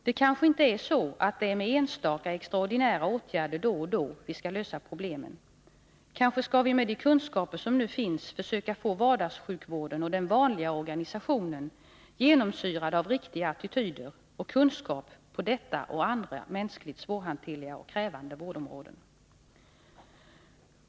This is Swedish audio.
Det kanske inte är så att det är med enstaka extraordinära åtgärder då och då som vi skall lösa problemen. Kanske skall vi med de kunskaper som nu finns försöka få vardagssjukvården och den vanliga organisationen genomsyrad av riktiga attityder och kunskaper på detta och andra mänskligt svårhanterliga och krävande vårdområden.